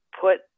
put